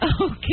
Okay